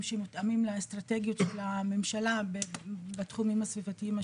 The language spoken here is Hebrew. שמותאמים לאסטרטגיות של הממשלה בתחומים הסביבתיים השונים.